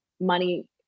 money